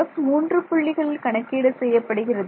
f மூன்று புள்ளிகளில் கணக்கீடு செய்யப்படுகிறது